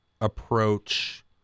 approach